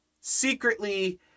Secretly